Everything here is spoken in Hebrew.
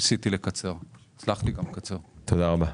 תודה רבה.